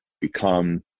become